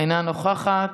אינה נוכחת.